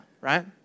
right